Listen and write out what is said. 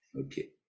Okay